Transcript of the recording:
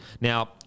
Now